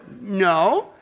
No